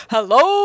Hello